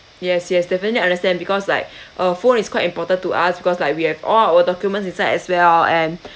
yes yes definitely understand because like uh phone is quite important to us because like we have all documents inside well and